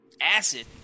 Acid